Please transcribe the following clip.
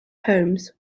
homes